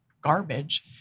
garbage